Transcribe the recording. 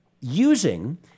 using